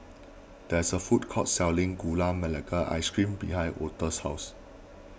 there is a food court selling Gula Melaka Ice Cream behind Altha's house